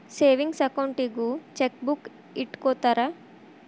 savings ಅಕೌಂಟಿಗೂ chequebook ಇಟ್ಟ್ಕೊತ್ತರ